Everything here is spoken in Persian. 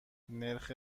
نرخ